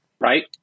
right